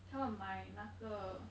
他们买那个